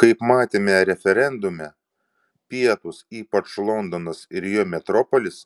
kaip matėme referendume pietūs ypač londonas ir jo metropolis